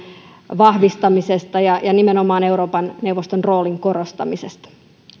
vahvistamisesta ja ja nimenomaan euroopan neuvoston roolin korostamisesta